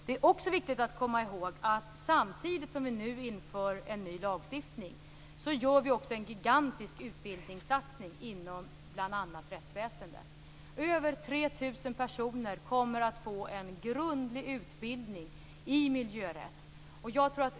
Det är också viktigt att komma ihåg att samtidigt som vi nu inför en ny lagstiftning gör vi också en gigantisk utbildningssatsning inom bl.a. rättsväsendet. Över 3 000 personer kommer att få en grundlig utbildning i miljörätt.